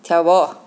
tia wu bo